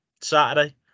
Saturday